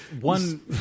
One